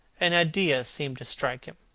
an idea seemed to strike him.